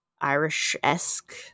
irish-esque